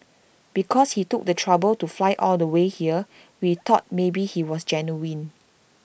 because he took the trouble to fly all the way here we thought maybe he was genuine